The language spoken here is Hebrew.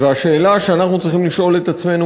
והשאלה שאנחנו צריכים לשאול את עצמנו,